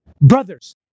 Brothers